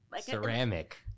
ceramic